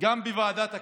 גם בוועדת הכספים.